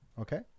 Okay